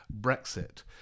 Brexit